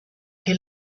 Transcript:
que